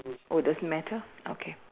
oh it doesn't matter okay